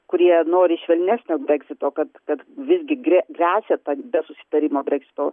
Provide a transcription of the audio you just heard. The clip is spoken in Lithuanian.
kurie nori švelnesnio breksito kad kad visgi gre gresia ta be susitarimo breksito